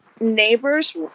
neighbors